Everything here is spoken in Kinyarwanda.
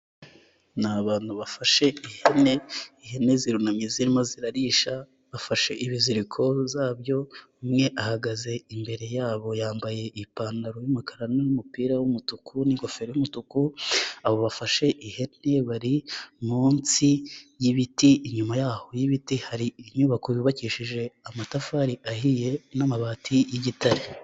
Ni abantu bafashe ihene, ihene zirunamye zirimo zirarisha, bafashe ibiziriko zabyo, umwe ahagaze imbere yabo yambaye ipantaro y'umukara n'umupira w'umutuku n'ingofero y'umutuku, abo bafashe ihene bari munsi y'ibiti, inyuma y'aho y'ibiti hari inyubako yubakishije amatafari ahiye n'amabati y'igitare.